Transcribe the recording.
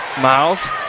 Miles